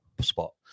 spot